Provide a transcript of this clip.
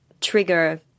trigger